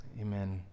Amen